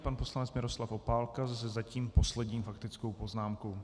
Pan poslanec Miroslav Opálka se zatím poslední faktickou poznámkou.